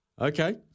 Okay